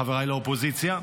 חבריי לאופוזיציה,